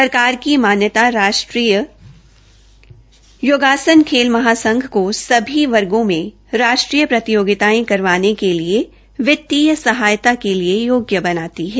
सरकार की मान्यता मिलने से राष्ट्रय योगासन खेल महासंघ सभी वर्गो में राष्ट्रीय प्रतियोगितायें करवाने के लिए वित्तीय सहायता के लिए योग्य बनाती है